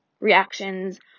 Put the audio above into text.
reactions